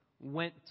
went